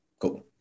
Cool